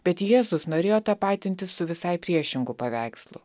bet jėzus norėjo tapatintis su visai priešingu paveikslu